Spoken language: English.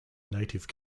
native